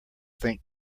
think